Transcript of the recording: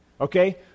okay